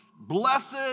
Blessed